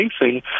facing